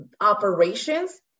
operations